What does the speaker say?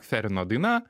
ferino daina